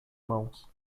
mãos